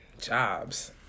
jobs